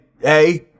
Hey